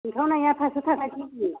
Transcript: सिनखावनाया फासस' थाखा केजि